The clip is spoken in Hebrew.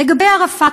לגבי ערפאת,